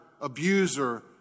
abuser